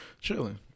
chilling